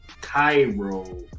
Cairo